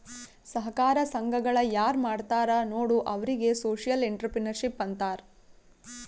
ಸಹಕಾರ ಸಂಘಗಳ ಯಾರ್ ಮಾಡ್ತಾರ ನೋಡು ಅವ್ರಿಗೆ ಸೋಶಿಯಲ್ ಇಂಟ್ರಪ್ರಿನರ್ಶಿಪ್ ಅಂತಾರ್